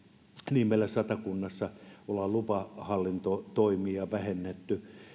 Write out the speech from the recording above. niin meillä satakunnassa ollaan lupahallintotoimia vähennetty